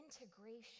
integration